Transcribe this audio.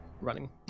running